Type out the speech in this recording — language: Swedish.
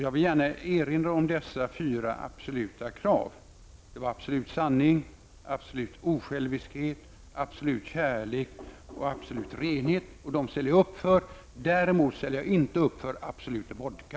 Jag vill gärna erinra om dessa fyra absoluta krav -- absolut sanning, absolut osjälviskhet, absolut kärlen och absolut renhet. Dessa krav ställer jag upp för. Däremot ställer jag inte upp för Absolut Vodka.